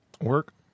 Work